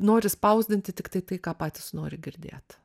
nori spausdinti tiktai tai ką patys nori girdėt